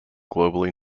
globally